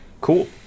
Cool